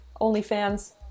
OnlyFans